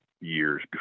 years